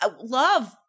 love